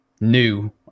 new